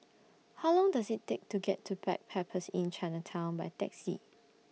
How Long Does IT Take to get to Backpackers Inn Chinatown By Taxi